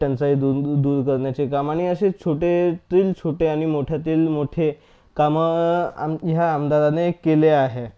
टंचाई दून दूर दूर करण्याचे काम आणि असे छोट्यातील छोटे आणि मोठ्यातील मोठे कामं आम ह्या आमदाराने केले आहे